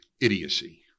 idiocy